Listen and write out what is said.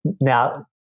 now